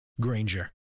Granger